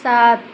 सात